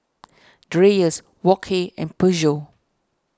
Dreyers Wok Hey and Peugeot